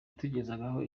yatugezagaho